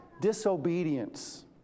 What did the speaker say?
disobedience